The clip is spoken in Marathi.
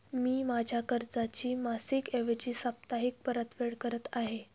मी माझ्या कर्जाची मासिक ऐवजी साप्ताहिक परतफेड करत आहे